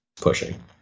pushing